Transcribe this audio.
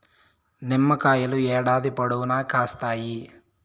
నిమ్మకాయలు ఏడాది పొడవునా కాస్తాయి